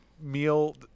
meal